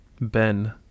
Ben